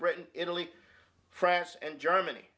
britain italy france and germany